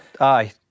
aye